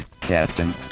Captain